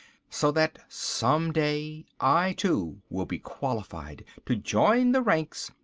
so that some day, i, too, will be qualified to join the ranks.